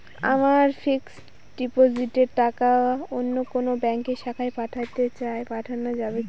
আমার ফিক্সট ডিপোজিটের টাকাটা অন্য কোন ব্যঙ্কের শাখায় পাঠাতে চাই পাঠানো যাবে কি?